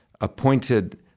appointed